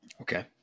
Okay